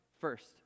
first